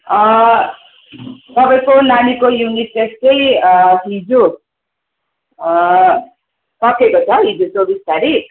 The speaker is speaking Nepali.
तपाईँको नानीको युनिट टेस्ट चाहिँ हिजो सकिएको छ हिजो चौबिस तारिक